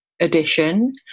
edition